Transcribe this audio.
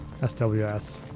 SWS